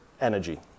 energy